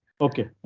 Okay